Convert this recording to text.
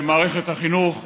במערכת החינוך,